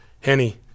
Henny